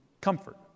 comfort